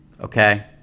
Okay